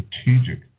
Strategic